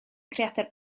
creadur